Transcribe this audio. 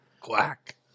Quack